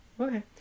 Okay